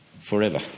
forever